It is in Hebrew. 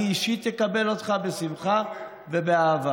אני אישית אקבל אותך בשמחה ובאהבה.